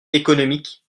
économique